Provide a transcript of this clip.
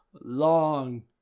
long